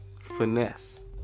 Finesse